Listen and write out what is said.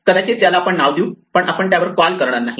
कदाचित याला आपण नाव देऊ पण आपण त्यावर कॉल करणार नाहीत